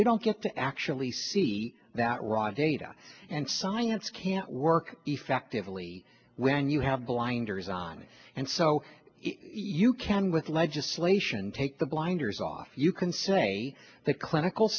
you don't get to actually see that raw data and science can't work effectively when you have blinders on and so you can with legislation take the blinders off you can say that clinical